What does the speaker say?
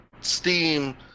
Steam